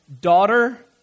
Daughter